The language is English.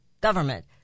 government